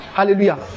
Hallelujah